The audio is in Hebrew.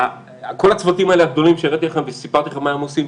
כל הצוותים הגדולים האלה שהראיתי לכם וסיפרתי לכם מה הם עושים,